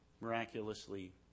miraculously